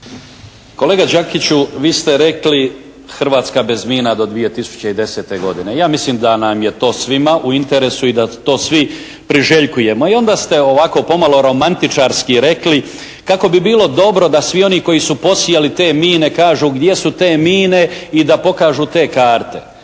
Kolega Đakiću, vi ste rekli Hrvatska bez mina do 2010. godine. Ja mislim da nam je to svima u interesu i da to svi priželjkujemo i onda ste ovako pomalo romantičarski rekli kako bi bilo dobro da svi oni koji su posijali te mine kažu gdje su te mine i da pokažu te karte.